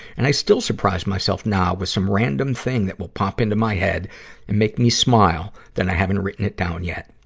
and i still surprise myself now with some random thing that will pop into my head and make me smile, that i haven't written it down yet.